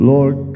Lord